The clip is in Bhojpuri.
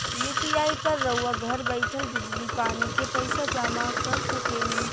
यु.पी.आई पर रउआ घर बईठल बिजली, पानी के पइसा जामा कर सकेनी